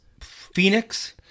Phoenix